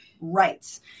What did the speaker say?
rights